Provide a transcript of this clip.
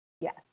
Yes